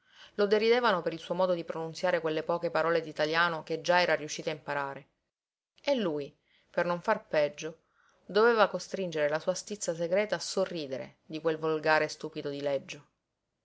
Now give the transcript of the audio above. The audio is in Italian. lo deridevano per il suo modo di pronunziare quelle poche parole d'italiano che già era riuscito a imparare e lui per non far peggio doveva costringere la sua stizza segreta a sorridere di quel volgare e stupido